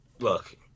look